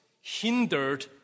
hindered